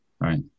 right